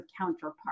counterpart